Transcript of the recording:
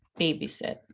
babysit